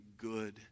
good